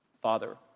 Father